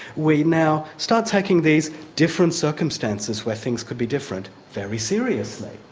we now start taking these different circumstances where things could be different, very seriously,